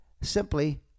simply